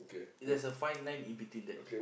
there's a fine line in between that